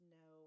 no